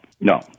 no